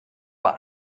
war